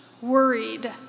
worried